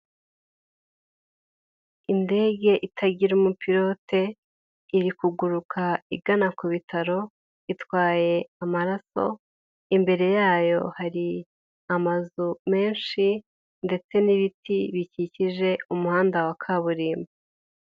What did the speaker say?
Indege itagira umupilote, iri kuguruka igana ku bitaro, itwaye amaraso, imbere yayo hari amazu menshi ndetse n'ibiti bikikije umuhanda wa kaburimbo.